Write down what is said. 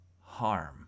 harm